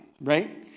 right